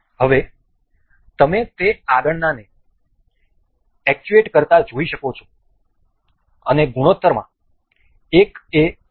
હવે તમે તે આગળનાને એક્યુએટ કરતા જોઈ શકો છો અને ગુણોત્તરમાં 1 એ 1